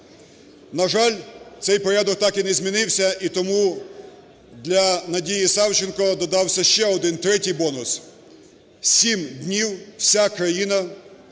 На жаль, цей порядок так і не змінився, і тому для Надії Савченко додався ще один, третій бонус: сім днів вся країна